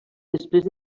després